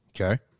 Okay